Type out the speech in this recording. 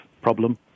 problem